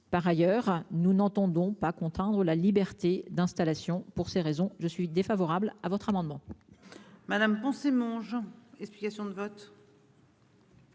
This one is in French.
par ailleurs nous n'entendons pas contraindre la liberté d'installation pour ces raisons je suis défavorable à votre amendement. Madame mon Jean. Explications de vote.